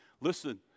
Listen